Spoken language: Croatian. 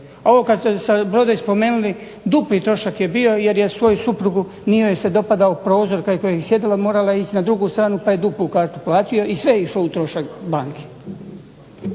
Ovo kad ste Broadway spomenuli, dupli trošak je bio jer je svoju suprugu, nije joj se dopadao prozor kraj kojeg je sjedila, morala je ići na drugu stranu pa je duplu kartu platio i sve je išlo u trošak banke.